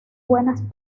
buenas